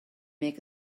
make